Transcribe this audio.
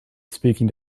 speaking